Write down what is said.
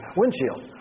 windshield